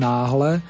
Náhle